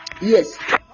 Yes